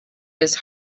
his